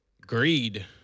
Greed